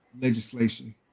legislation